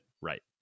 right